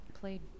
Played